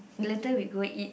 later we go eat